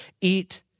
eat